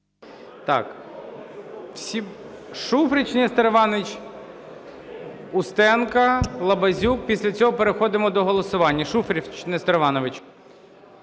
Шуфрич Нестор Іванович, Устенко, Лабазюк, після цього переходимо до голосування. Шуфрич Нестор Іванович.